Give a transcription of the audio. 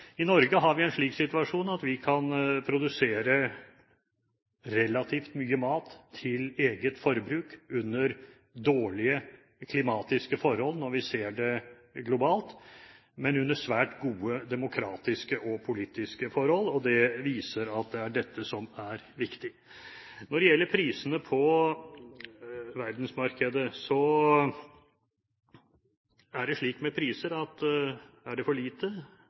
I Norge har vi en slik situasjon at vi kan produsere relativt mye mat til eget forbruk under dårlige klimatiske forhold, når vi ser det globalt, men under svært gode demokratiske og politiske forhold. Det viser at det er dette som er viktig. Når det gjelder prisene på verdensmarkedet, er det slik at er det for lite